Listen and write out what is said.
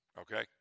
okay